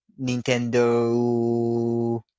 Nintendo